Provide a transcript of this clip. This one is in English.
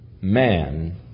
Man